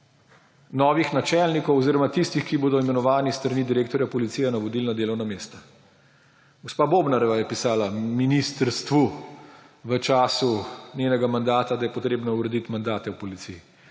novih načelnikov oziroma tistih, ki bodo imenovani s strani direktorja Policije na vodilna delovna mesta. Gospa Bobnarjeva je pisala ministrstvu v času svojega mandata, da je potrebno urediti mandate v policiji,